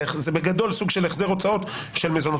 זה בגדול סוג של החזר הוצאות של מזונות